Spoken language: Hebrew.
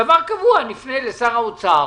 לגבי דבר קבוע נפנה לשר האוצר,